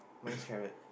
mine's carrot